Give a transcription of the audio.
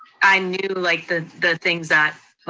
i knew like the, the things that,